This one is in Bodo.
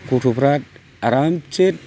गथ'फोरा आरामसे